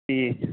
ਤੀਹ